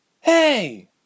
Hey